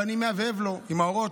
ואני מהבהב לו עם האורות.